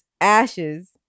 ashes